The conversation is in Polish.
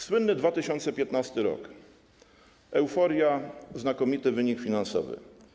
Słynny 2015 r., euforia, znakomity wynik finansowy.